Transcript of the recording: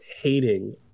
hating